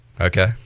okay